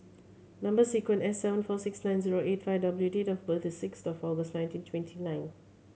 number sequence S seven four six nine zero eight five W date of birth is six of August nineteen twenty nine